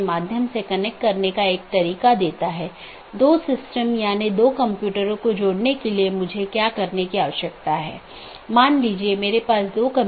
एक ज्ञात अनिवार्य विशेषता एट्रिब्यूट है जोकि सभी BGP कार्यान्वयन द्वारा पहचाना जाना चाहिए और हर अपडेट संदेश के लिए समान होना चाहिए